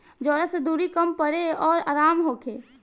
जवना से दुरी कम पड़े अउर आराम होखे